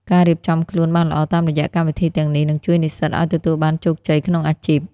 ការរៀបចំខ្លួនបានល្អតាមរយៈកម្មវិធីទាំងនេះ នឹងជួយនិស្សិតឱ្យទទួលបានជោគជ័យក្នុងអាជីព។